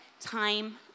time